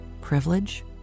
privilege